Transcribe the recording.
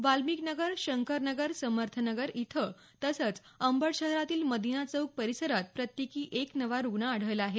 वाल्मिकनगर शंकरनगर समर्थनगर इथं तसंच अंबड शहरातील मदिना चौक परिसरात प्रत्येकी एक नवा रुग्ण आढळला आहे